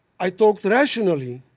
i talked rationally,